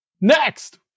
Next